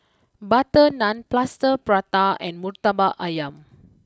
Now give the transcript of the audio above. Butter Naan Plaster Prata and Murtabak Ayam